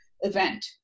event